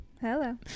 Hello